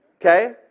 Okay